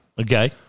Okay